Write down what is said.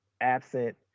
absent